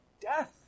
death